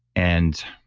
and